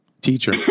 teacher